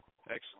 Excellent